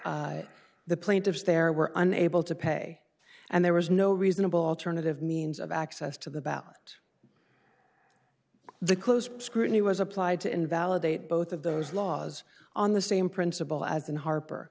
plaintiffs there were unable to pay and there was no reasonable alternative means of access to the about the close scrutiny was applied to invalidate both of those laws on the same principle as in harper